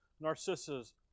Narcissus